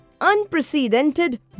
Unprecedented